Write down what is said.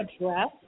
address